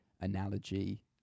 analogy